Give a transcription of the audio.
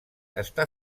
està